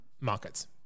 Markets